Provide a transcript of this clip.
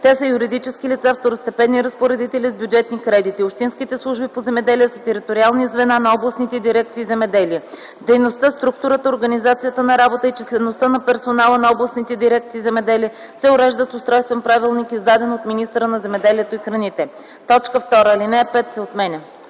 Те са юридически лица, второстепенни разпоредители с бюджетни кредити. Общинските служби по земеделие са териториални звена на областните дирекции „Земеделие”. Дейността, структурата, организацията на работа и числеността на персонала на областните дирекции "Земеделие" се уреждат с Устройствен правилник, издаден от министъра на земеделието и храните.” 2. Алинея 5 се отменя.”